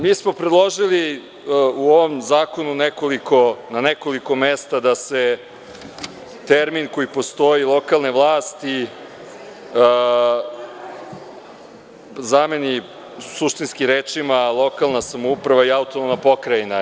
Mi smo predložili u ovom zakonu na nekoliko mesta da se termin koji postoji „lokalne vlasti“, zameni suštinskim rečima „lokalna samouprava“ i „autonomna pokrajina“